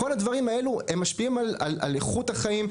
כל הדברים האלה משפיעים על איכות החיים,